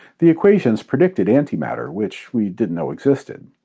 the equations predicted antimatter, which we didn't know existed.